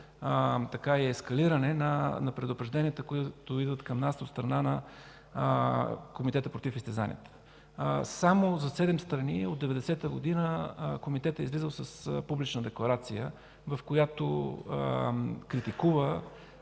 поредно ескалиране на предупрежденията, които идват към нас от страна на Комитета против изтезанията. Само за седем страни от 1990 г. Комитетът е излиза с публична декларация, в която критикува